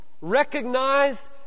recognize